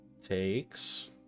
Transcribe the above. takes